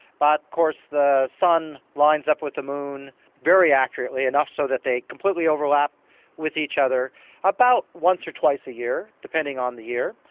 but of course the sun lines up with the moon very accurately, enough so that they completely overlap with each other about once or twice a year, depending on the year.